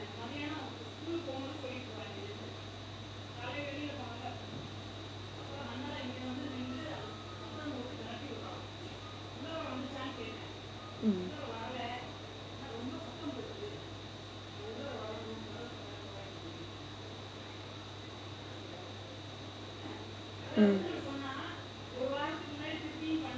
mm mm